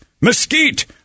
mesquite